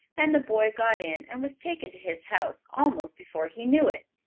and the boy got in and was taken to his house almost before he knew it.